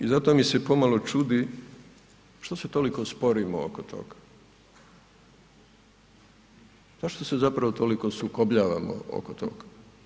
I zato mi se pomalo čudi što se toliko sporimo oko toga, zašto se zapravo toliko sukobljavamo oko toga.